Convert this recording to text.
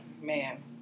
man